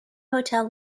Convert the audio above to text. hotel